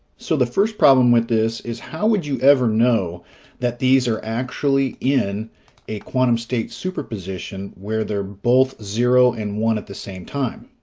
so, the first problem with this is how would you ever know that these are actually in a quantum state superposition, where they're both zero and one at the same time?